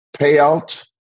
payout